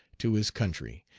to his country.